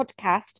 podcast